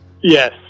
Yes